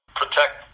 protect